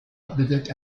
bewirkt